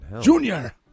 junior